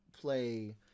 play